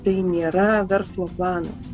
tai nėra verslo planas